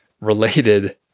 related